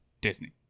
Disney